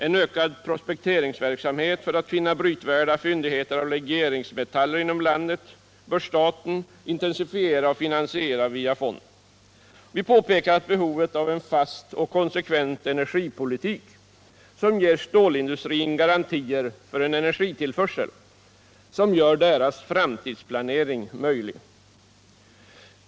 En ökad prospekteringsverksamhet för att finna brytvärda fyndigheter av legeringsmetaller inom landet bör staten intensifiera och finansiera via fonden. Vi påpekar behovet av en fast och konsekvent energipolitik, som ger stålindustrin garantier för en sådan energitillförsel att dess framtidsplanering möjliggörs.